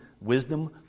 wisdom